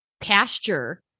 Pasture